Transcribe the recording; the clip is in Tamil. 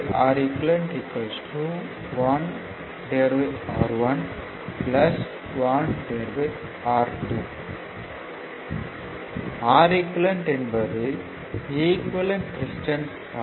1Req 1R1 1R2 Req என்பது ஈக்குவேலன்ட் ரெசிஸ்டன்ஸ் ஆகும்